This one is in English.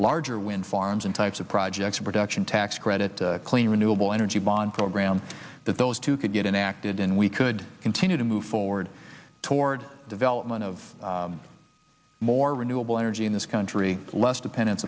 larger wind farms and types of projects production tax credit clean renewable energy bond program that those two could get enacted and we could continue to move forward toward development of more renewable energy in this country less dependence